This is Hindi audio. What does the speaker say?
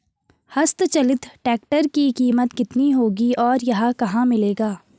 हस्त चलित ट्रैक्टर की कीमत कितनी होगी और यह कहाँ मिलेगा?